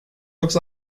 looked